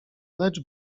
lecz